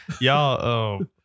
y'all